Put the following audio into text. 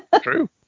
True